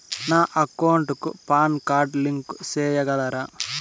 నా అకౌంట్ కు PAN card link సేయగలరా?